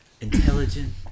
intelligent